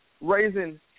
raising